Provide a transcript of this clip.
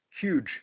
huge